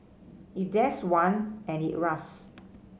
if there's one and it rusts